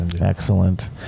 Excellent